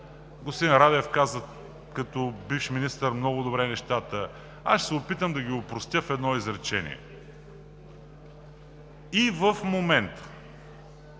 господин Радев като бивш министър каза много добре нещата. Аз ще се опитам да ги опростя в едно изречение: и в момента